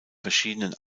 verschiedenen